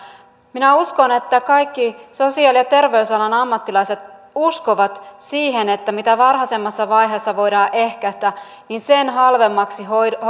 minä uskon että kaikki sosiaali ja terveysalan ammattilaiset uskovat siihen että mitä varhaisemmassa vaiheessa voidaan ehkäistä sen halvemmaksi hoitojen